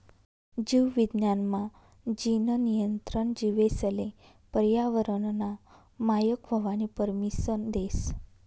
जीव विज्ञान मा, जीन नियंत्रण जीवेसले पर्यावरनना मायक व्हवानी परमिसन देस